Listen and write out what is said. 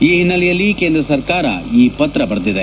ಈ ಹಿನ್ನೆಲೆಯಲ್ಲಿ ಕೇಂದ್ರ ಸರ್ಕಾರ ಈ ಪತ್ರ ಬರೆದಿದೆ